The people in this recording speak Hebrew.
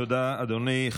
תודה, אדוני.